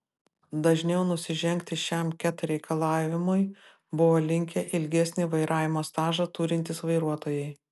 dažniau nusižengti šiam ket reikalavimui buvo linkę ilgesnį vairavimo stažą turintys vairuotojai